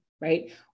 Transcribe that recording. right